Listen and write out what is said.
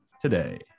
today